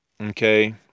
okay